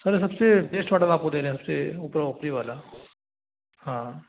sir सबसे best order आपको दे रहे हैं सबसे ऊपर ओपरी वाला हा